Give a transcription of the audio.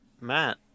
Matt